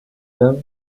dame